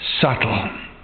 subtle